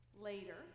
Later